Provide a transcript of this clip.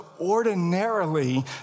ordinarily